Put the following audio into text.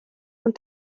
ond